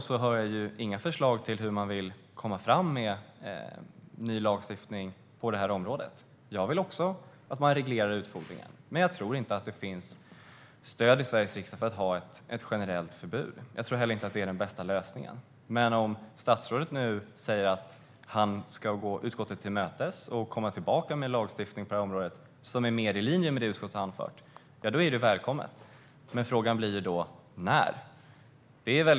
Jag hör inte heller några förslag på hur man vill komma framåt med ny lagstiftning på detta område. Jag vill också att man reglerar utfodringen. Men jag tror inte att det finns stöd i Sveriges riksdag för att ha ett generellt förbud. Jag tror inte heller att det är den bästa lösningen. Men om statsrådet nu säger att han ska gå utskottet till mötes och komma tillbaka med lagstiftning på detta område som är mer i linje med det som utskottet har anfört är det välkommet. Men frågan blir då när det kommer att ske.